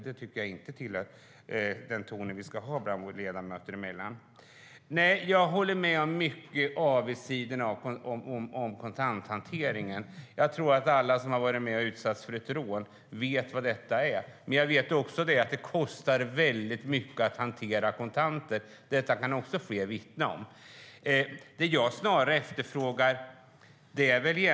Det tycker jag inte är den ton som vi ska ha oss ledamöter emellan. Jag håller med om mycket när det gäller avigsidorna med kontanthanteringen. Jag tror att alla som har utsatts för ett rån vet vilka dessa är, men jag vet också att det kostar väldigt mycket att hantera kontanter. Detta kan också fler vittna om.